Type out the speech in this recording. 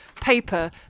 paper